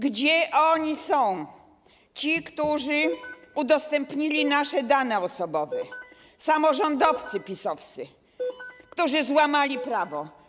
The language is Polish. Gdzie oni są, ci, którzy udostępnili nasze dane osobowe, samorządowcy PiS-owscy, którzy złamali prawo?